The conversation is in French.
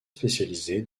spécialisées